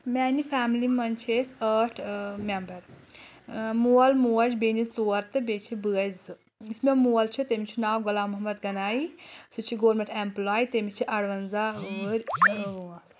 مِیَانہِ family منٛز چھِ أسۍ ٲٹھ مِیَمبَر مول موج بِیٚنہِ ژور تہٕ بَیٚیہِ چھِ بٲے زٕ یُس مےٚ مول چھُ تٔمِس چھُ ناو غلام محمد گنایِی سُہ چھِ گورمِنٛٹ اَیٚمپٕلاے تٔمِس چھِ اَروَنٛزاہ وٕہَر وٲنٛس